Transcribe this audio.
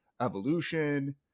evolution